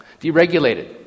deregulated